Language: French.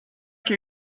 que